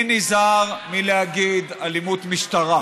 אני נזהר מלהגיד אלימות משטרה,